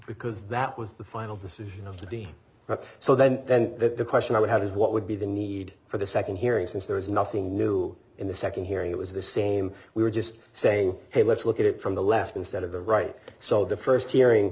because that was the final decision of to be so then then the question i would have is what would be the need for the second hearing since there is nothing new in the second hearing it was the same we were just saying hey let's look at it from the left instead of the right so the first hearing